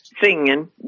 singing